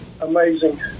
amazing